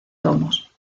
tomos